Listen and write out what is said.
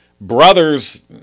brothers